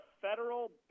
federal